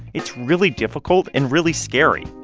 it's really difficult and really scary.